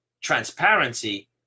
transparency